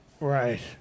Right